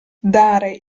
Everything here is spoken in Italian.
dare